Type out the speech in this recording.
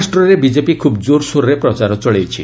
ମହାରାଷ୍ଟ୍ରରେ ବିଜେପି ଖୁବ୍ ଜୋରସୋରରେ ପ୍ରଚାର ଚଳାଇଛି